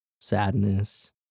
sadness